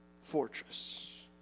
fortress